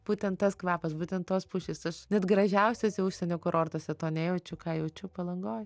būtent tas kvapas būtent tos pušys aš net gražiausiuose užsienio kurortuose to nejaučiu ką jaučiu palangoj